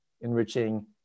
enriching